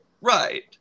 right